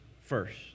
first